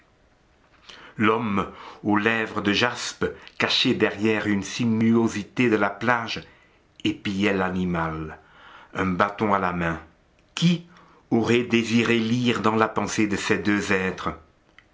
l'homme aux lèvres de jaspe caché derrière une sinuosité de la plage épiait l'animal un bâton à la main qui aurait désiré lire dans la pensée de ces deux êtres